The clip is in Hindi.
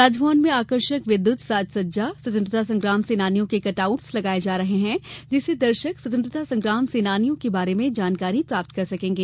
राजभवन में आकर्षक विद्यत सज्जा तथा स्वतंत्रता संग्राम सेनानियों के कट आउट लगाये जा रहे हैं जिससे दर्शक स्वतंत्रता संग्राम सेनानियों के बारे में जानकारी प्राप्त कर सकेंगे